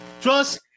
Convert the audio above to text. Trust